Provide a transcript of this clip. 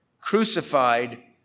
crucified